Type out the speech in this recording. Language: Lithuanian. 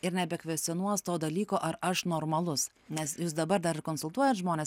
ir nebekvescionuos to dalyko ar aš normalus nes jūs dabar dar ir konsultuojat žmones